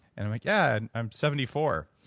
and i'm like, yeah, and i'm seventy four,